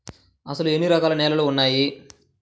అసలు ఎన్ని రకాల నేలలు వున్నాయి?